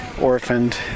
orphaned